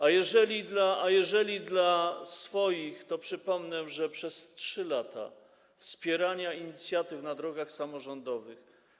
A jeżeli dla swoich, to przypomnę, że przez 3 lata wspierania inicjatyw na drogach samorządowych.